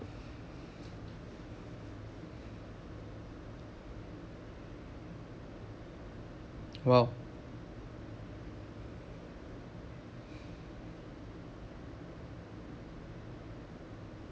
!wow!